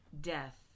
death